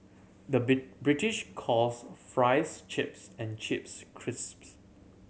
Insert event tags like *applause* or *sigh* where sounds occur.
the *unintelligible* British calls fries chips and chips crisps